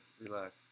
Relax